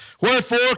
Wherefore